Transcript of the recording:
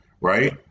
Right